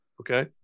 Okay